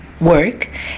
work